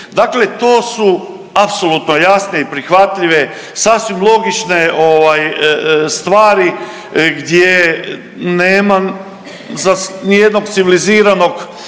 Dakle, to su apsolutno jasne i prihvatljive sasvim logične ovaj stvari gdje nema za nijednog civiliziranog